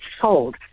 sold